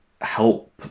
help